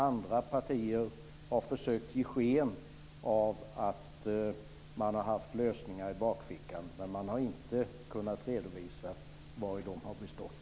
Andra partier har däremot försökt ge sken av att de har haft lösningar i bakfickan, men de har inte kunnat redovisa vari de har bestått.